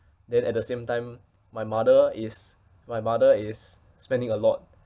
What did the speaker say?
then at the same time my mother is my mother is spending a lot